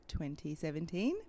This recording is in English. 2017